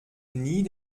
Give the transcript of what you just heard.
nie